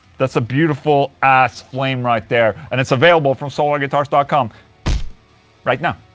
that's a beautiful ass flame right there and it's available from solarguitars dot com right now,